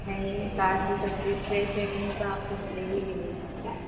نہیں تازی سبزی فریش ہے کہیں پہ آپ کہیں ملے گی بھی نہیں